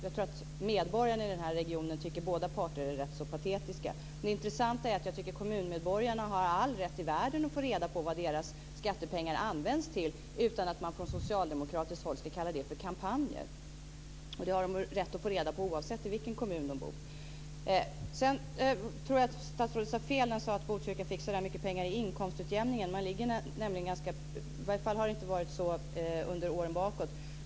Jag tror att medborgarna i den här regionen tycker att båda parter är rätt så patetiska. Det intressanta är att jag tycker att kommuninvånarna har all rätt i världen att få reda på vad deras skattepengar används till utan att man från socialdemokratiskt håll ska kalla det för kampanjer. Det har de rätt att få reda på oavsett i vilken kommun de bor. Jag tror att statsrådet sade fel när han sade att Botkyrka får så mycket pengar i inkomstutjämning. I varje fall har det inte varit så under åren bakåt.